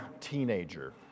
teenager